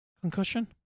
concussion